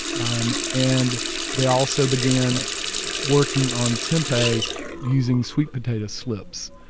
um and they also began working on tempeh using sweet potato slips.